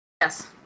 Yes